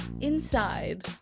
inside